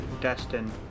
Destin